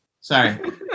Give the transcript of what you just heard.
Sorry